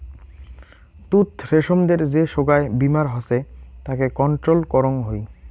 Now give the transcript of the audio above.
তুত রেশমদের যে সোগায় বীমার হসে তাকে কন্ট্রোল করং হই